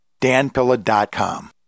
danpilla.com